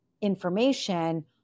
information